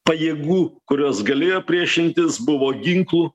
pajėgų kurios galėjo priešintis buvo ginklų